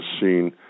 seen